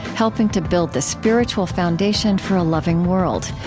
helping to build the spiritual foundation for a loving world.